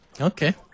Okay